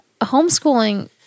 homeschooling